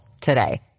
today